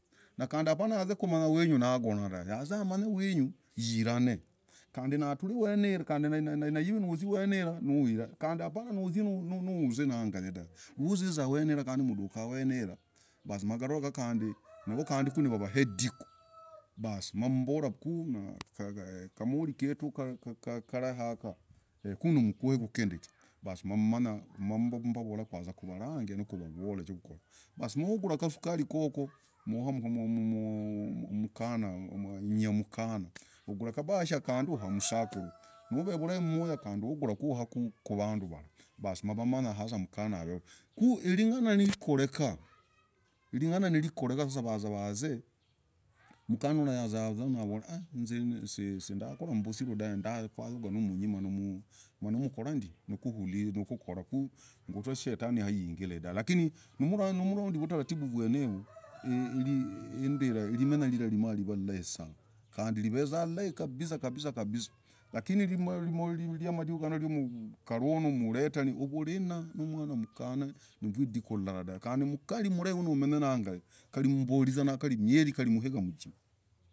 Napana yaze kumanya winyu nagone dave. yaze amanye winyu yirane. kande naive nuzia wenira nawirane. kande apana nuzia nawirane nangaye dave. Nuziza wenira kande muduke wenira basi magavora kande navo kande kunavave idiku basi mamumbora ku kamori kitu karahe ya ku namukoheku kindike. basi mamumbavola kwaza kuvarange nokuvavola. Basi muvugura akasukari koko muhaa nyinya umukana. uvugura akabashia uhaa umusakuru. nuva umurahi mumuya uvugura uhaku avandu vara basi mavamanya umukana aveho. Ku iringana rikoreka vaza vaze. mukanura yaza mavore inze sindakora mumbusiru dave ndayoga kuhulizana lakini manyi washetani yingili dave. Lakini muronda vutaratibu vwenevu irimenya rira marivaa ilahi sana. kande riveza ilahi kabisa kabisa. Lakini riamadiku gano karunu muretana uvurena vwumwana mukana idiku lylara dave. umukari umurahi wanomenye nangaye kari mumbotizana kari imweri umuhiga kari.